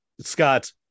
Scott